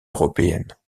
européennes